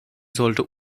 sollte